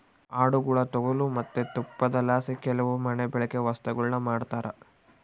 ಆಡುಗುಳ ತೊಗಲು ಮತ್ತೆ ತುಪ್ಪಳದಲಾಸಿ ಕೆಲವು ಮನೆಬಳ್ಕೆ ವಸ್ತುಗುಳ್ನ ಮಾಡ್ತರ